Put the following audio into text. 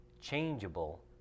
changeable